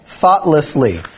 thoughtlessly